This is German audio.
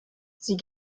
sie